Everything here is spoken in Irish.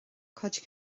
cuid